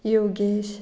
Yogesh